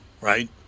right